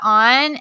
on